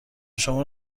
شما